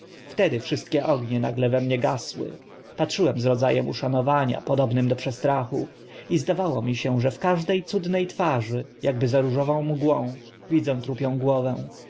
wtedy wszystkie ognie nagle we mnie gasły patrzyłem z rodza em uszanowania podobnym do przestrachu i zdawało mi się że w każde cudne twarzy akby za różową mgłą widzę trupią głowę